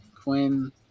Quinn